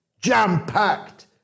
jam-packed